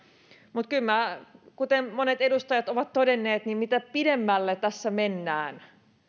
mutta kuten monet edustajat ovat todenneet niin mitä pidemmälle tässä mennään